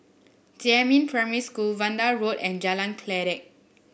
Jiemin Primary School Vanda Road and Jalan Kledek